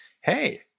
Hey